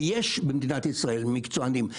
ויש במדינת ישראל מקצוענים,